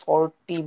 $40